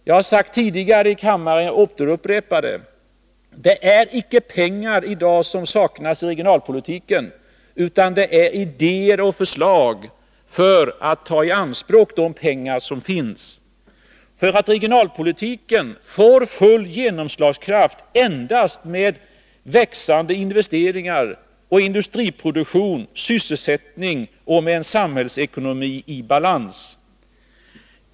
Jag har sagt tidigare i kammaren och jag upprepar det: Det är icke pengar som saknas i regionalpolitiken i dag, utan det är idéer och förslag när det gäller att ta i anspråk de pengar som finns. Regionalpolitiken får nämligen full genomslagskraft endast med växande investeringar, industriproduktion och sysselsättning och med en samhällsekonomi i balans.